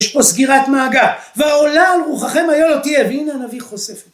יש פה סגירת מעגל והעולה על רוחכם היו לא תהיה והנה הנביא חושף את זה